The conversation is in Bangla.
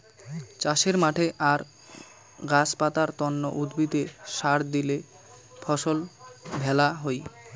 চাষের মাঠে আর গাছ পাতার তন্ন উদ্ভিদে সার দিলে ফসল ভ্যালা হই